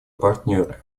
партнеры